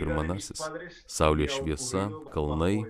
ir manasis saulės šviesa kalnai